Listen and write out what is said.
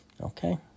Okay